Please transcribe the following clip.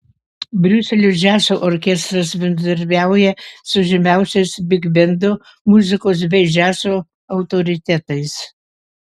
briuselio džiazo orkestras bendradarbiauja su žymiausiais bigbendo muzikos bei džiazo autoritetais